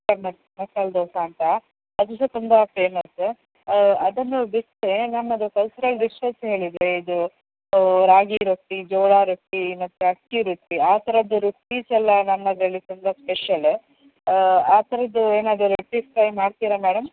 ಮಸಾಲೆ ದೋಸೆ ಅಂತ ಅದು ಸಹ ತುಂಬ ಫೇಮಸ್ ಅದನ್ನು ಬಿಟ್ಟರೆ ನಮ್ಮದು ಕಲ್ಚರಲ್ ಡಿಶಸ್ ಹೇಳಿದರೆ ಇದು ರಾಗಿ ರೊಟ್ಟಿ ಜೋಳ ರೊಟ್ಟಿ ಮತ್ತೆ ಅಕ್ಕಿ ರೊಟ್ಟಿ ಆ ಥರದ್ದು ರೊಟ್ಟೀಸ್ ಎಲ್ಲ ನಮ್ಮದರಲ್ಲಿ ತುಂಬ ಸ್ಪೆಷಲ್ ಆ ಥರದ್ದು ಏನಾದರೂ ರೊಟ್ಟೀಸ್ ಟ್ರೈ ಮಾಡ್ತೀರಾ ಮೇಡಮ್